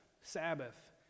Sabbath